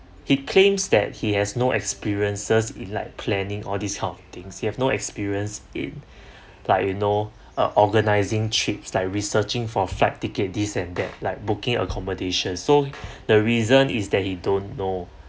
he claims that he has no experiences in like planning all this kind of things he have no experience in like you know uh organising trips like researching for flight ticket this and that like booking accommodation so the reason is that he don't know